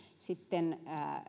sitten